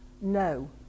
no